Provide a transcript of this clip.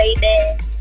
baby